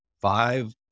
five